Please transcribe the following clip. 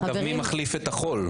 אגב מי מחליף את החול?